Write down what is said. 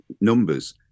numbers